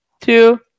two